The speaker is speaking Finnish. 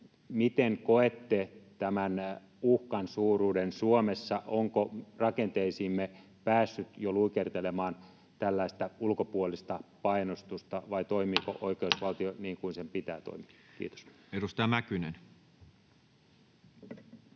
Miten koette tämän uhkan suuruuden Suomessa? Onko rakenteisiimme päässyt jo luikertelemaan tällaista ulkopuolista painostusta, vai toimiiko oikeusvaltio niin kuin sen pitää toimia? — Kiitos. [Speech